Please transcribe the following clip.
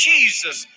Jesus